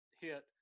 hit